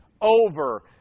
over